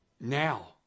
now